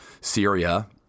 Syria